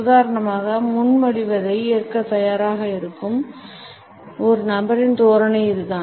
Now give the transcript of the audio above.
உதாரணமாக முன்மொழிவை ஏற்கத் தயாராக இருக்கும் ஒரு நபரின் தோரணை இதுதான்